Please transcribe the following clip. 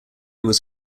was